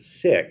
sick